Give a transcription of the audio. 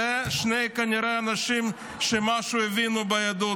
אלו כנראה שני אנשים שהבינו משהו ביהדות,